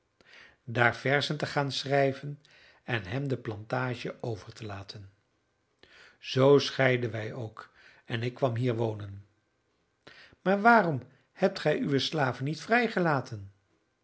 daar verzen te gaan schrijven en hem de plantage over te laten zoo scheidden wij ook en ik kwam hier wonen maar waarom hebt gij uwe slaven niet vrijgelaten